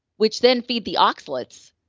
which then feed the oxalates,